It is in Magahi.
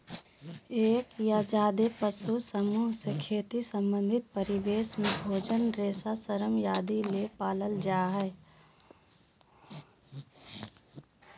एक या ज्यादे पशु समूह से खेती संबंधित परिवेश में भोजन, रेशा, श्रम आदि ले पालल जा हई